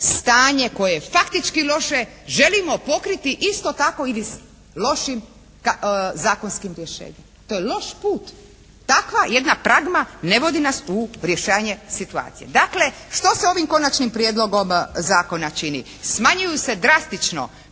stanje koje je faktički loše želimo pokriti isto tako ili lošim zakonskim rješenjem. To je loš put. Takva jedna pragma ne vodi nas u rješavanje situacije. Dakle što se ovim Konačnim prijedlogom zakona čini? Smanjuju se drastično